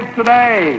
today